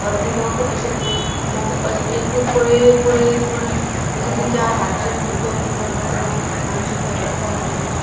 अर्दे लोक अशें एक पळयत पळयत पळयत अशे तेंच्या हात सुर दुखोन दुखोन अर्द्याक आमचे थंय आनी कोणाचे